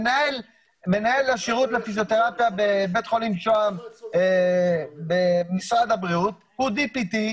מנהל השירות לפיזיותרפיה בבית חולים במשרד הבריאות הוא DPT,